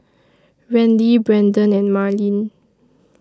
Randi Brendon and Marlyn